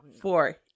four